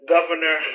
Governor